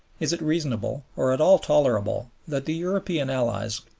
is it reasonable or at all tolerable that the european allies,